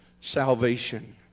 salvation